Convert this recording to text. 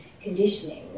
conditioning